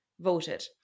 voted